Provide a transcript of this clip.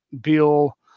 Bill